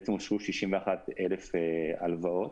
בעצם אושרו 61,000 הלוואות.